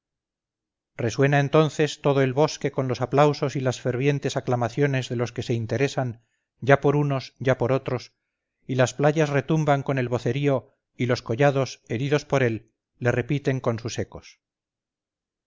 resuena entonces todo el bosque con los aplausos y las fervientes aclamaciones de los que se interesas ya por unos ya por otros y las playas retumban con el vocerío y los collados heridos por él le repiten con sus ecos